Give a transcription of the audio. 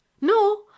No